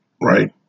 right